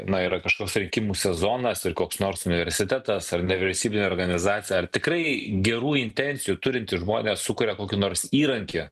na yra kažkoks rinkimų sezonas ir koks nors universitetas ar nevyriausybinė organizacija ar tikrai gerų intencijų turintys žmonės sukuria kokį nors įrankį